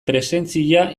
presentzia